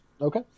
Okay